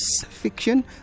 fiction